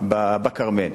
השרפה בכרמל.